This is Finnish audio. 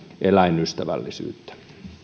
eläinystävällisyyttä